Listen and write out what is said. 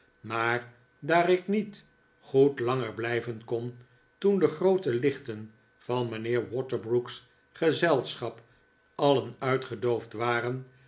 maar daar ik niet goed langer blijven kon toen de groote lichten van mijnheer waterbrook's gezelschap alien uitgedoofd waren